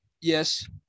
yes